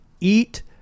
Eat